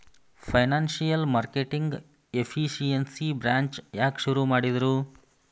Financial marketing efficiency branch ಯಾಕ್ ಶುರು ಮಾಡಿದ್ರು?